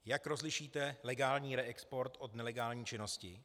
Jak rozlišíte legální reexport od nelegální činnosti?